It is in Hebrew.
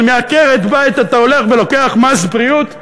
אבל מעקרת בית אתה הולך ולוקח מס בריאות שעולה,